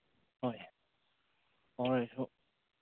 ꯍꯣꯏ ꯍꯣꯏ ꯑꯩꯁꯨ